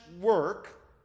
work